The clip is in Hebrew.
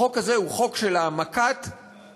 החוק הזה הוא חוק של העמקת הסכסוך,